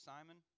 Simon